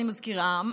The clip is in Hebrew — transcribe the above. אני מזכירה,